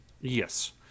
Yes